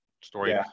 Story